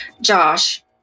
Josh